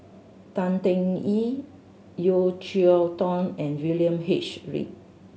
Tan Teng Yee Yeo Cheow Tong and William H Read